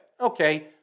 Okay